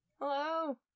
Hello